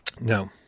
No